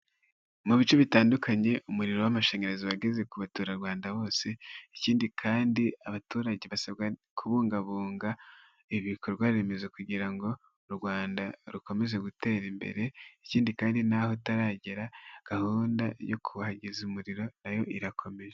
Mu bice bitandukanye umuriro w'amashanyarazi wageze ku baturarwanda bose, ikindi kandi abaturage basabwa kubungabunga ibikorwaremezo kugira ngo u Rwanda rukomeze gutera imbere, ikindi kandi n'aho utaragera gahunda yo kuhageza umuriro nayo irakomeje.